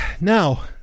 now